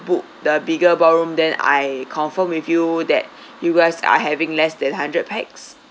book the bigger ballroom then I confirm with you that you guys are having less than hundred pax